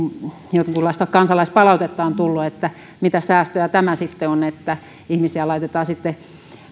jonkunlaista kansalaispalautetta on tullut että mitä säästöä tämä sitten on että ihmisiä laitetaan